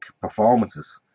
performances